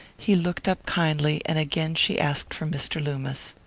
he looked up kindly, and again she asked for mr. loomis.